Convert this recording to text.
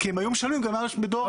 כי הם היו משלמים גם בדואר רגיל.